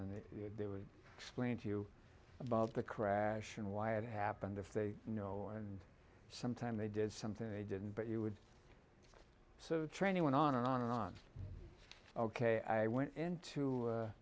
and they would explain to you about the crash and why it happened if they know and sometimes they did something they didn't but you would so the training went on and on and on ok i went into